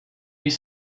huit